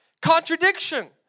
contradiction